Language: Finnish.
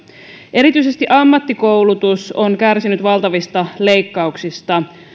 erityisesti ammattikoulutus on kärsinyt valtavista leikkauksista